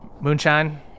Moonshine